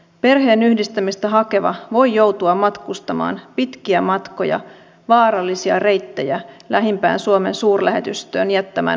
perheenyhdistämistä hakeva voi joutua matkustamaan pitkiä matkoja vaarallisia reittejä lähimpään suomen suurlähetystöön jättämään hakemuksen